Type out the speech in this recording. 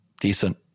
Decent